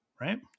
right